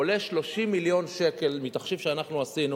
עולה 30 מיליון שקל מתחשיב שאנחנו עשינו